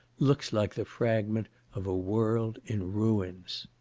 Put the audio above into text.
looks like the fragment of a world in ruins.